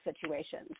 situations